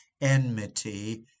Enmity